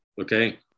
okay